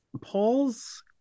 Paul's